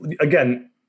again